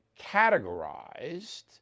categorized